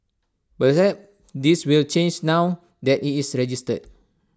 perhaps this will change now that IT is registered